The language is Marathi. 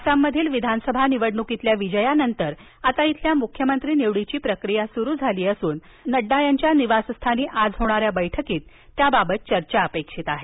आसाममधील विधानसभा निवडणुकीतील विजयानंतर आता इथल्या मुख्यमंत्री निवडीची प्रक्रिया सुरू झाली असून नड्डा यांच्या निवासस्थानी आज होणाऱ्या बैठकीत त्याबाबत चर्चा अपेक्षित आहे